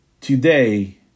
today